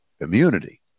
immunity